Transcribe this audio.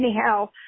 anyhow